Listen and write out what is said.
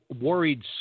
worried